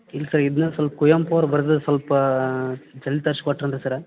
ಇಲ್ಲ ಸರ್ ಇದನ್ನ ಸ್ವಲ್ಪ ಕುವೆಂಪು ಅವ್ರು ಬರ್ದಿದ್ ಸ್ವಲ್ಪ ಜಲ್ದಿ ತರ್ಸ್ ಕೊಟ್ರಿ ಅಂದ್ರೆ ಸರ್ರ